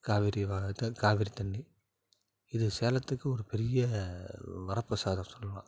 காவேரி காவேரி தண்ணி இது சேலத்துக்கு ஒரு பெரிய வரப்பிரசாதம்னு சொல்லலாம்